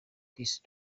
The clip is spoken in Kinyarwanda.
kiss